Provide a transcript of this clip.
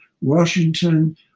Washington